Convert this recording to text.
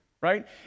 right